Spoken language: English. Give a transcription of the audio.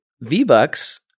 V-Bucks